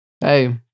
Hey